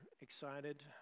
excited